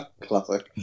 classic